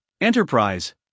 enterprise